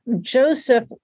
Joseph